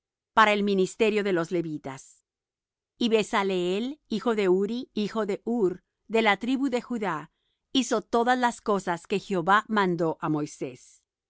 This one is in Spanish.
para el ministerio de los levitas y bezaleel hijo de uri hijo de hur de la tribu de judá hizo todas las cosas que jehová mandó á moisés